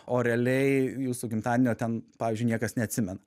o realiai jūsų gimtadienio ten pavyzdžiui niekas neatsimena